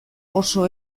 oso